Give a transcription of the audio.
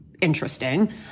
interesting